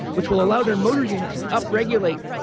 which will allow their motor units to up regulate